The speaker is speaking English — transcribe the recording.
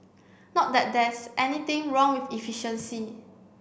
not that there's anything wrong with efficiency